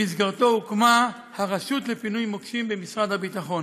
שבמסגרתו הוקמה הרשות לפינוי מוקשים במשרד הביטחון.